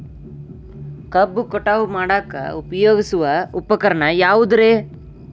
ಕಬ್ಬು ಕಟಾವು ಮಾಡಾಕ ಉಪಯೋಗಿಸುವ ಉಪಕರಣ ಯಾವುದರೇ?